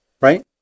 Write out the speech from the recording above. right